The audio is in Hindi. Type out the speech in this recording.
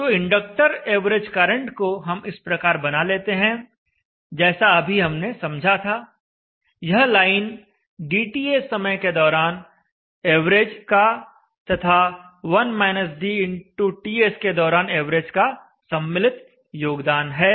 तो इंडक्टर एवरेज करंट को हम इस प्रकार बना लेते हैं जैसा अभी हमने समझा था यह लाइन dTs समय के दौरान एवरेज का तथा Ts के दौरान एवरेज का सम्मिलित योगदान है